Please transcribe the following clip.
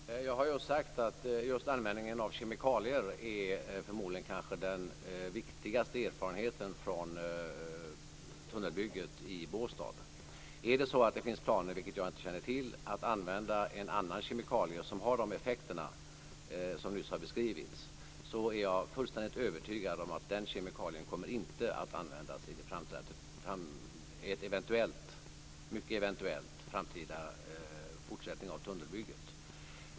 Fru talman! Jag har just sagt att just användningen av kemikalier kanske är den viktigaste erfarenheten från tunnelbygget i Båstad. Om det finns planer på att använda en annan kemikalie - vilket jag inte känner till - som har de effekter som nyss har beskrivits, är jag fullständigt övertygad om att den kemikalien inte kommer att användas i en mycket eventuell framtida fortsättning av tunnelbygget.